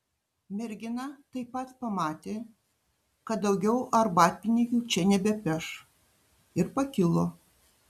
mergina taip pat pamatė kad daugiau arbatpinigių čia nebepeš ir pakilo